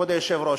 כבוד היושב-ראש,